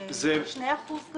זה בערך 2%?